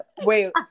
wait